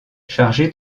chargé